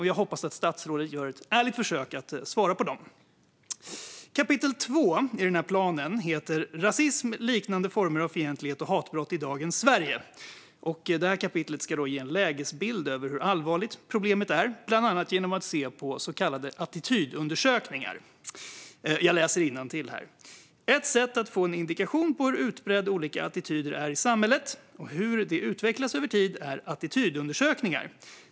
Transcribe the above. Jag hoppas att statsrådet gör ett ärligt försök att svara. Kapitel två i planen heter Rasism, liknande former av fientlighet och hatbrott i dagens Sverige. Det ska ge en lägesbild av hur allvarligt problemet är, bland annat genom att se på så kallade attitydundersökningar. Jag läser innantill: "Ett sätt att få en indikation på hur utbredda olika attityder är i samhället och hur de utvecklas över tid är attitydundersökningar.